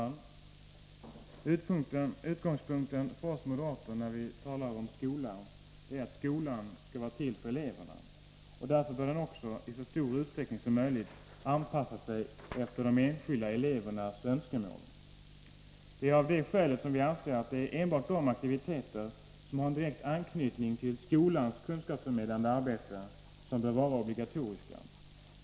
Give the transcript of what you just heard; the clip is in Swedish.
Herr talman! Utgångspunkten för oss moderater när vi talar om skolan är att den skall vara till för eleverna. Därför bör den i så stor utsträckning som möjligt anpassa sig efter de enskilda elevernas önskemål. Det är av det skälet som vi anser att enbart de aktiviteter som har en direkt anknytning till skolans kunskapsförmedlande arbete bör vara obligatoriska.